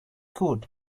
good